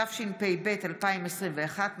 התשפ"ב 2021,